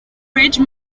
ridge